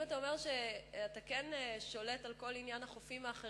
אם אתה אומר שאתה כן שולט על כל עניין החופים האחרים,